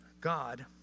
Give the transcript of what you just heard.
God